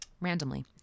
Randomly